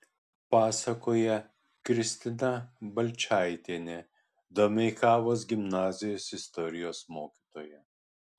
pasakoja kristina balčaitienė domeikavos gimnazijos istorijos mokytoja